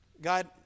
God